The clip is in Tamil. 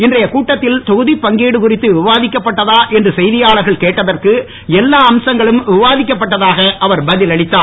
இன்றைய கூட்டத்தில் தொகுதி பங்கிடு குறித்து விவாதிக்கப்பட்டதா என்று செய்தியாளர்கள் கேட்டதற்கு எல்லா அம்சங்கள் விவாதிக்கப்பட்டதாக அவர் பதில் அளித்தார்